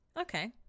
Okay